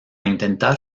intentar